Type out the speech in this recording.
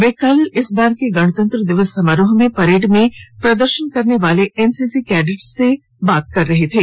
वे कल इस बार के गणतंत्र दिवस समारोह में परेड में प्रदर्शन करने वाले एनसीसी कैडेट्स से बात कर रहे थे